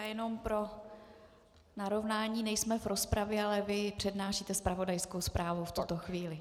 Jenom pro narovnání, nejsme v rozpravě, ale vy přednášíte zpravodajskou zprávu v tuto chvíli.